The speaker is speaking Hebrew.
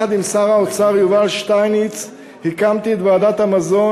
יחד עם שר האוצר יובל שטייניץ הקמתי את ועדת המזון,